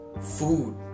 Food